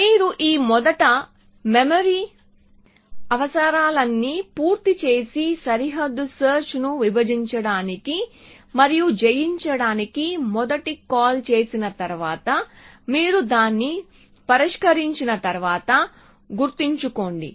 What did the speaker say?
మీరు మీ మొదటి మెమరీ అవసరాలన్నింటినీ పూర్తి చేసి సరిహద్దు సెర్చ్ ను విభజించడానికి మరియు జయించడానికి మొదటి కాల్ చేసిన తర్వాత మీరు దాన్ని పరిష్కరించిన తర్వాత గుర్తుంచుకోండి